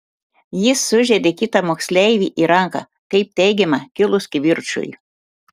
jis sužeidė kitą moksleivį į ranką kaip teigiama kilus kivirčui